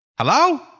Hello